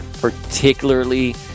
particularly